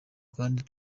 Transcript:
kandi